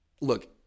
look